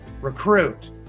recruit